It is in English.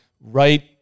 right